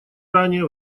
ранее